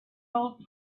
old